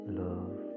love